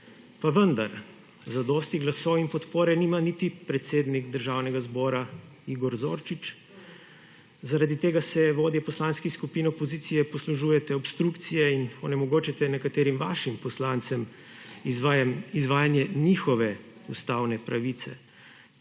Pa vendar, zadosti glasov in podpore nima niti predsednik Državnega zbora Igor Zorčič. Zaradi tega se vodje poslanskih skupin opozicije poslužujete obstrukcije in onemogočate nekaterim vašim poslancem izvajanje njihove ustavne pravice,